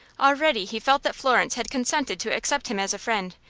already he felt that florence had consented to accept him as a friend,